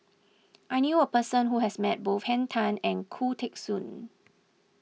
I knew a person who has met both Henn Tan and Khoo Teng Soon